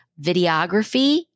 Videography